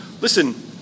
Listen